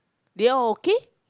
they all okay